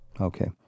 Okay